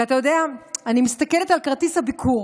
ואתה יודע, אני מסתכלת על כרטיס הביקור